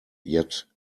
yet